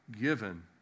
given